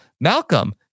malcolm